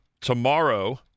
Tomorrow